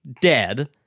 dead